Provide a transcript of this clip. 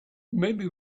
maybe